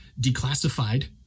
declassified